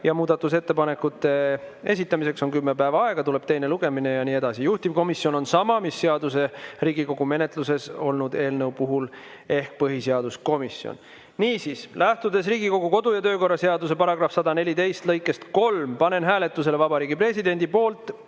Muudatusettepanekute esitamiseks on kümme päeva aega, tuleb teine lugemine ja nii edasi. Juhtivkomisjon on sama mis seaduse Riigikogu menetluses olnud eelnõu puhul ehk põhiseaduskomisjon. Niisiis, lähtudes Riigikogu kodu‑ ja töökorra seaduse § 114 lõikest 3, panen hääletusele Vabariigi Presidendilt